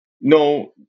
No